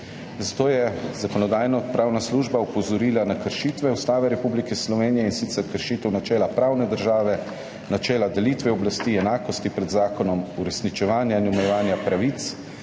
zato je Zakonodajno-pravna služba opozorila na kršitve Ustave Republike Slovenije, in sicer kršitev načela pravne države, načela delitve oblasti, enakosti pred zakonom, uresničevanja in omejevanja pravic,